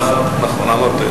נכון, אמרת את זה.